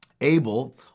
Abel